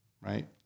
right